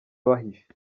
bahisha